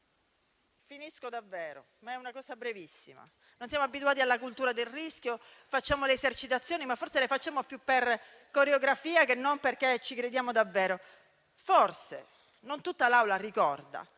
finisco davvero, ma è una cosa brevissima. Non siamo abituati alla cultura del rischio; facciamo le esercitazioni, ma forse le facciamo più per coreografia che non per il fatto che ci crediamo davvero. Forse non tutta l'Assemblea ricorda